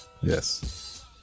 Yes